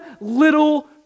little